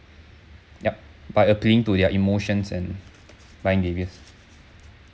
yup by appealing to their emotions and buying behaviours